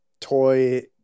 toy